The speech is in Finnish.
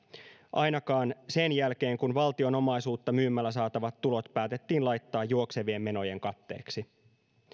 ainakaan sen jälkeen kun valtion omaisuutta myymällä saatavat tulot päätettiin laittaa juoksevien menojen katteeksi